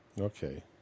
Okay